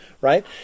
right